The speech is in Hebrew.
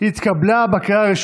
הבנקאות (שירות ללקוח) (תיקון מס' 34)